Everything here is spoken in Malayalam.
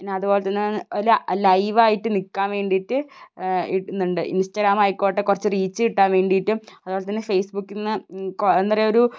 പിന്നെ അതുപോലെത്തന്നെ ലൈവായിട്ട് നിൽക്കാൻ വേണ്ടിയിട്ട് ഇടുന്നുണ്ട് ഇൻസ്റ്റാഗ്രാം ആയിക്കോട്ടെ കുറച്ച് റീച്ച് കിട്ടാൻ വേണ്ടിയിട്ടും അതുപോലെത്തന്നെ ഫേസ്ബുക്കിൽനിന്ന് എന്താ പറയുക ഒരൂ